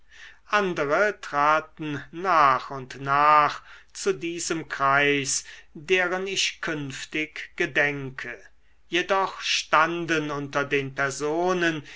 andere traten nach und nach zu diesem kreis deren ich künftig gedenke jedoch standen unter den personen